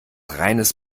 reines